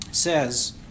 Says